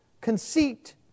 conceit